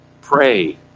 pray